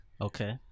Okay